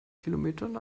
kilometern